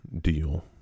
deal